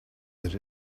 that